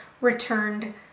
returned